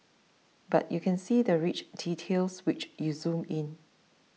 but you can see the rich details when you zoom in